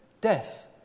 death